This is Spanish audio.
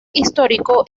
histórico